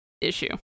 issue